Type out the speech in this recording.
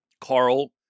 Carl